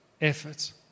effort